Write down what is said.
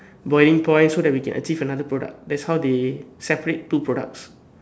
boiling point so that we can achieve another product that's how they separate two products